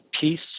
peace